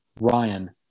Ryan